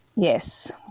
Yes